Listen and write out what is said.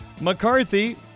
McCarthy